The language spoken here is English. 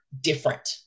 different